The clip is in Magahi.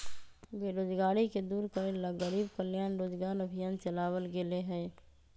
बेरोजगारी के दूर करे ला गरीब कल्याण रोजगार अभियान चलावल गेले है